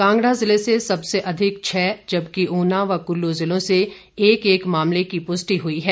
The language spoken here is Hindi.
कांगड़ा जिले से सबसे अधिक छह जबकि ऊना व कुल्लू जिलों से एक एक मामले की पुष्टि हुई है